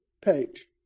page